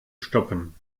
stoppen